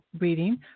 reading